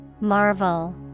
Marvel